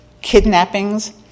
kidnappings